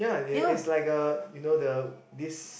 ya it's is like a you know the this